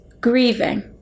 grieving